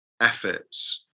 efforts